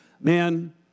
man